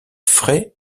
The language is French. frai